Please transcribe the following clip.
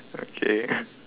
okay